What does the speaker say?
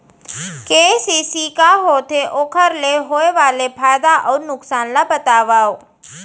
KCC का होथे, ओखर ले होय वाले फायदा अऊ नुकसान ला बतावव?